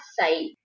site